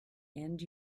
end